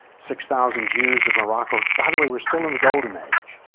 six thousand jews in morocco by the way we're still in the golden age,